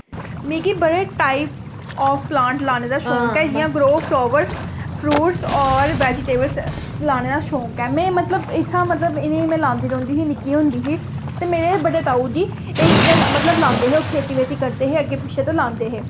मिगी बड़े type of plant लाने दा शौक ऐ जि'यां ग्रो फ्लावर्स फ्रूट्स होर वेजिटेबल्स लाने दा शौंक ऐ में मतलब इ'त्थें मतलब में इ'नें गी लांदी रौहंदी ही नि'क्की होंदी ही ते मेरे बड्डे ताऊ जी एह् चीजां मतलब लांदे हे ते ओह् खेती बेती करदे हे अग्गें पिच्छे ते ओह् लांदे हे